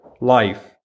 life